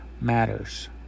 matters